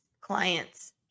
clients